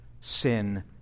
sin